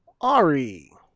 Ari